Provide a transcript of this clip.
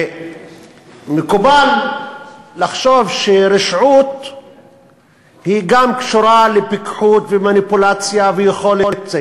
ומקובל לחשוב שרשעות גם קשורה לפיקחות ולמניפולציה וליכולת.